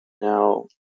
Now